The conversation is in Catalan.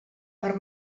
per